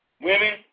Women